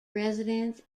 residence